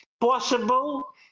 possible